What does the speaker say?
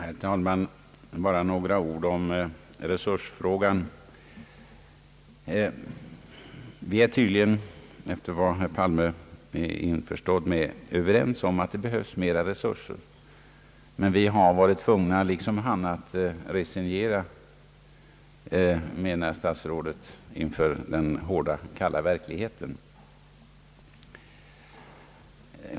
Herr talman! Bara några ord om resursfrågan! Statsrådet Palme tycks införstådd med att det behövs mera resurser, och om detta är vi tydligen överens. Men vi har, menar statsrådet, liksom han varit tvungna att resignera inför den hårda, kalla verkligheten.